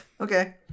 Okay